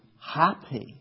happy